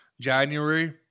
January